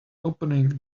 opening